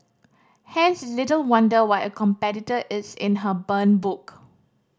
hence it's little wonder why a competitor is in her burn book